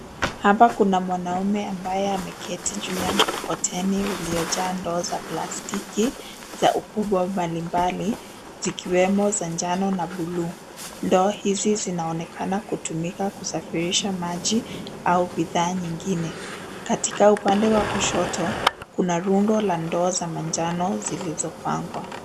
Hapa kuna mwanaume ambaye ameketi juu ya mkokoteni uliojaa ndoo za plastiki za ukubwa mbalimbali zikiwemo za njano na buluu, ndoo hizi zinaonekana kutumika kusafirisha maji au bidhaa nyingine, katika upande wa kushoto kuna rundo la ndoo za manjano zilizopangwa.